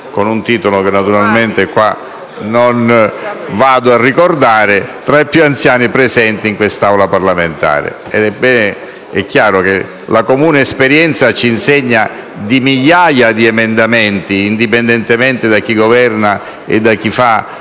con un titolo che non vado qui a ricordare, fra coloro che sono presenti in quest'Assemblea parlamentare. È chiaro che la comune esperienza ci insegna di migliaia di emendamenti, indipendentemente da chi governa e da chi è